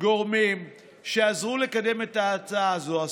גורמים שעזרו לקדם את ההצעה הזאת.